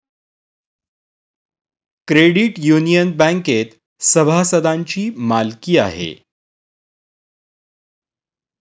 credit union बँकेत सभासदांची मालकी आहे